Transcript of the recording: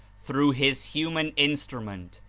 through his human instrument,